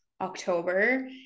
October